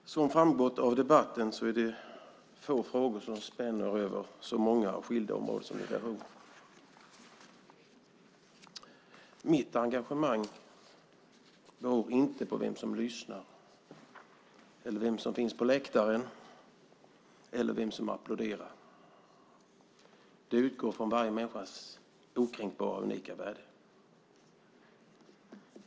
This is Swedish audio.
Fru talman! Som framgått av debatten är det få frågor som spänner över så många skilda områden som migration. Mitt engagemang beror inte på vem som lyssnar, vem som finns på läktaren eller vem som applåderar. Det utgår från varje människas okränkbara, unika värde.